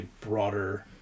broader